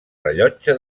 rellotge